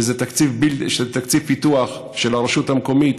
שזה תקציב פיתוח של הרשות המקומית,